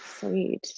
Sweet